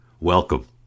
Welcome